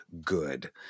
good